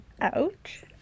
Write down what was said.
Ouch